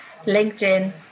linkedin